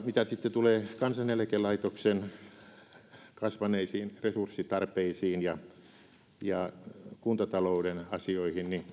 mitä sitten tulee kansaneläkelaitoksen kasvaneisiin resurssitarpeisiin ja kuntatalouden asioihin niin